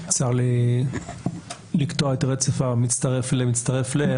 צר לי לקטוע את רצף המצטרף ל- מצטרף ל-,